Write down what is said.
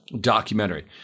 documentary